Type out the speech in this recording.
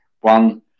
one